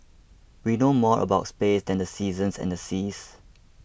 we know more about space than the seasons and the seas